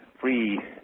free